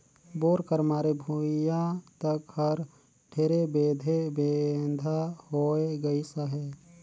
bore कर मारे भुईया तक हर ढेरे बेधे बेंधा होए गइस अहे